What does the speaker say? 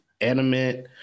animate